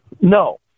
No